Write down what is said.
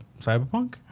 Cyberpunk